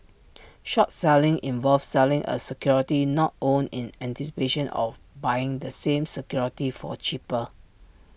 short selling involves selling A security not owned in anticipation of buying the same security for A cheaper